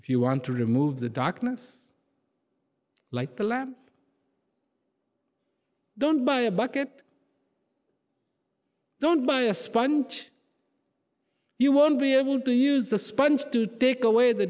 if you want to remove the darkness like a lamb don't buy a bucket don't buy a sponge you won't be able to use the sponge to take away the